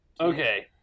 Okay